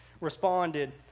responded